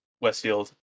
Westfield